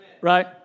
right